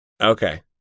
Okay